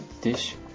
dish